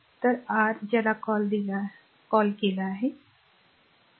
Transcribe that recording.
तर r ज्याला call दिला आहे तो द्यावा लागेल